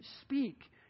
speak